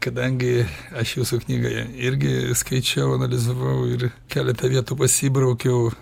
kadangi aš visą knygą irgi skaičiau analizavau ir keletą vietų pasibraukiau